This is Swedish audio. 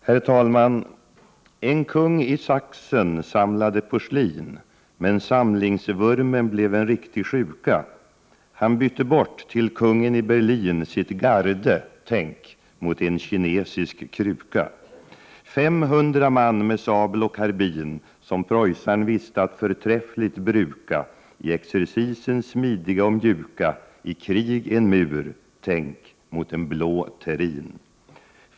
Herr talman! men samlingsvurmen blev en riktig sjuka. Han bytte bort till kungen i Berlin sitt garde — tänk — mot en kinesisk kruka! Femhundra man med sabel och karbin, som preussarn visste att förträffligt bruka, i exercisen smidiga och mjuka, i krig en mur, tänk, mot — en blå terrin!